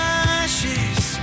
ashes